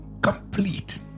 Complete